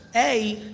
a,